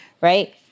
right